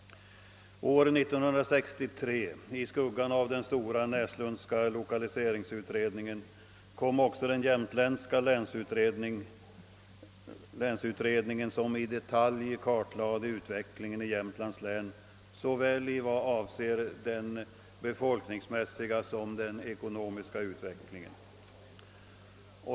År 1963, i skuggan av den stora Näslundska lokaliseringsutredningen, framlades också den jämtländska länsutredningen som i detalj kartlade utveck lingen i Jämtlands län beträffande såväl den befolkningsmässiga som den ekonomiska utvecklingen.